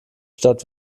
stadt